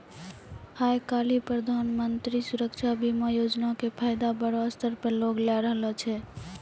आइ काल्हि प्रधानमन्त्री सुरक्षा बीमा योजना के फायदा बड़ो स्तर पे लोग लै रहलो छै